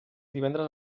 divendres